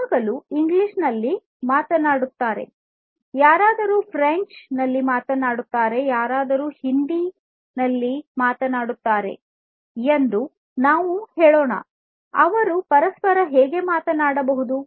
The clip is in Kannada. ಕೆಲವರು ಇಂಗ್ಲಿಷ್ ನಲ್ಲಿ ಮಾತನಾಡುತ್ತಾರೆ ಕೆಲವರು ಫ್ರೆಂಚ್ ನಲ್ಲಿ ಮಾತನಾಡುತ್ತಾರೆ ಕೆಲವರು ಹಿಂದಿ ನಲ್ಲಿ ಮಾತನಾಡುತ್ತಾರೆ ಎಂದು ನಾವು ಹೇಳೋಣ ಅವರು ಪರಸ್ಪರ ಹೇಗೆ ಮಾತನಾಡಬಹುದು